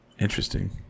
interesting